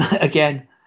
again